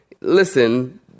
listen